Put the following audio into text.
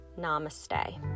Namaste